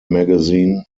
magazine